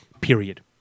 period